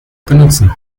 benutzen